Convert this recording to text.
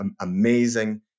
amazing